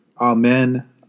Amen